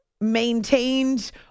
maintained